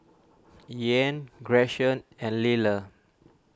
Ian Gretchen and Liller